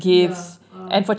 ya uh